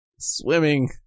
Swimming